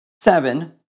Seven